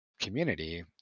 community